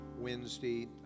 Wednesday